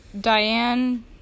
Diane